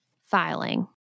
filing